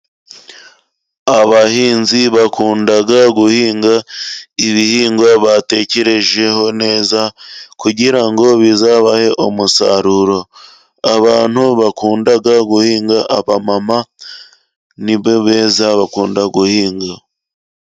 Abahinzi bakunda guhinga ibihingwa batekerejeho neza kugira ngo bizabahe umusaruro. Abantu bakunda guhinga, abamama, ni bo beza bakunda guhinga.